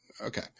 Okay